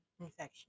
infection